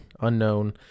unknown